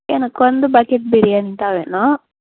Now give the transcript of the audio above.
எனக்கு வந்து பக்கெட் பிரியாணி தான் வேணும்